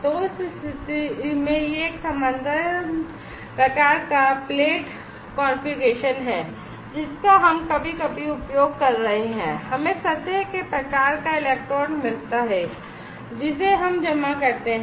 तो उस स्थिति में यह एक समानांतर प्रकार का प्लेट कॉन्फ़िगरेशन है जिसका हम कभी कभी उपयोग कर रहे हैं हमें सतह के प्रकार का इलेक्ट्रोड मिलता है जिसे हम जमा करते हैं